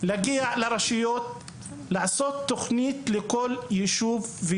להגיע אל הרשויות ולבנות תוכנית פרטנית לכל ישוב.